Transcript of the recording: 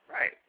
right